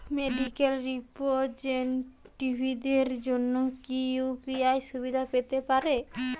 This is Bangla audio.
মেডিক্যাল রিপ্রেজন্টেটিভদের জন্য কি ইউ.পি.আই সুবিধা পেতে পারে?